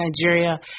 Nigeria